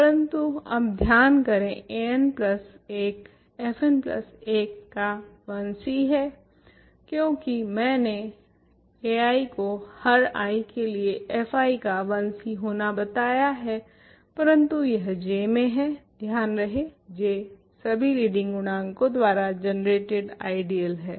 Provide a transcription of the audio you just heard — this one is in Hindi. परन्तु अब ध्यान करें an प्लस 1 fn प्लस 1 का 1c है क्यूंकि मैंने ai को हर i के लिए fi का 1c होना बताया है परन्तु यह J में है ध्यान रहे J सभी लीडिंग गुणांकों द्वारा जनरेटेड आइडियल है